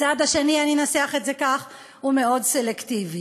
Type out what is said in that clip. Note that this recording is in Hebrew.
הצד השני, אני אנסח את זה כך, הוא מאוד סלקטיבי.